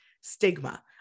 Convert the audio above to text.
stigma